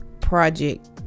project